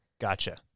Gotcha